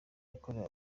yakorewe